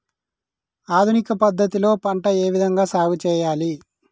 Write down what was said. ఆధునిక పద్ధతి లో పంట ఏ విధంగా సాగు చేయాలి?